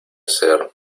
ser